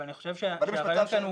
אני חושב שהרעיון הוא